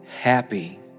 happy